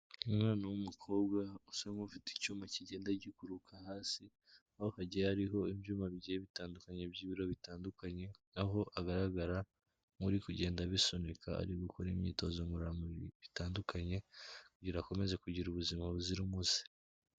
Umwana w'umukobwa usa nk'ufite icyuma kigenda gikururuka hasi, aho hagiye hariho ibyuma bigiye bitandukanye by'ibiro bitandukanye. Aho agaragara nk'uri kugenda abisunika ari gukora imyitozo ngororamubiri bitandukanye, kugira akomeze kugira ubuzima buzira umuze.